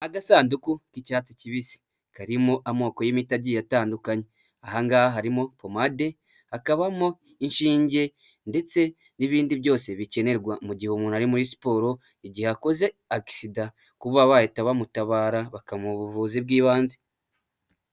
Agasanduku k'icyatsi kibisi karimo amoko y'imiti agiye atandukanye. Aha ngaha harimo pomade, hakabamo inshinge ndetse n'ibindi byose bikenerwa mu gihe umuntu ari muri siporo, igihe akoze agisida kuba bahita bamutabara bakamuha ubuvuzi bw'ibanze.